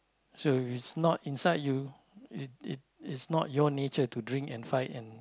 so if it's not inside you it it it's not your nature to drink and fight and